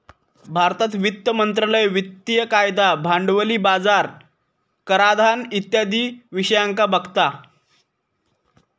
भारतात वित्त मंत्रालय वित्तिय कायदा, भांडवली बाजार, कराधान इत्यादी विषयांका बघता